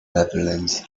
netherlands